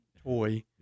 toy